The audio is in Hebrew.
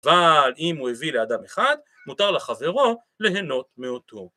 ‫אבל אם הוא הביא לאדם אחד, ‫מותר לחברו ליהנות מאותו.